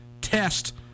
test